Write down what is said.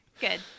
Good